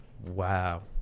Wow